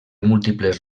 múltiples